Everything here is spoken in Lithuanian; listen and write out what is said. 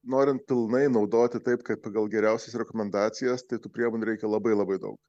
norint pilnai naudoti taip kaip pagal geriausias rekomendacijas tai tų priemonių reikia labai labai daug